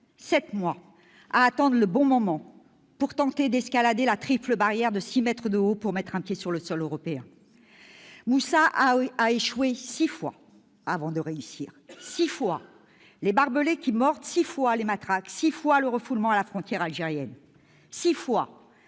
sept mois à attendre le bon moment pour [...] tenter d'escalader la triple barrière de six mètres de haut pour mettre un pied sur le sol européen. [...]« Moussa a échoué six fois, avant de réussir. [...] six fois les barbelés qui mordent, six fois les matraques, six fois le refoulement à la frontière algérienne. Six fois